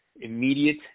immediate